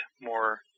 more